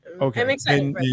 Okay